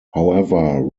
however